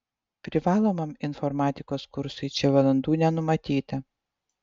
privalomam informatikos kursui čia valandų nenumatyta